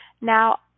Now